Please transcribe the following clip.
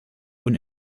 und